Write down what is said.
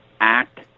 act